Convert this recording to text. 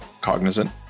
cognizant